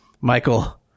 Michael